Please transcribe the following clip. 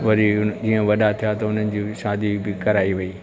वरी ईअं वॾा थिया त उन्हनि जी शादी बि कराई हुई